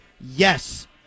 Yes